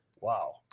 Wow